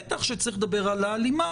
בטח שצריך לדבר על ההלימה,